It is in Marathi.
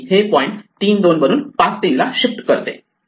हे पॉईंट 3 2 वरून 5 3 ला शिफ्ट करते